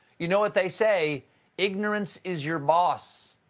you know what they say ignorance is your boss.